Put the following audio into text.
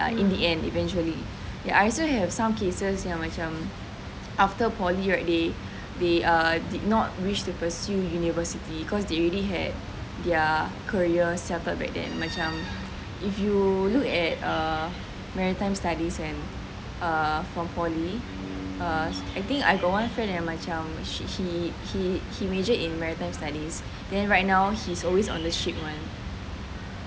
in the end eventually ya I also have some cases macam after poly right they they err they do not wish to pursue university cause they already had their career settled back then macam if you look at err maritime studies kan err from poly err I think I got one friend yang macam he he he majored in maritime studies then right now he's always on the ship [one]